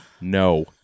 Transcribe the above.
No